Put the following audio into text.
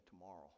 tomorrow